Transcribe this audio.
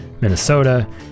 Minnesota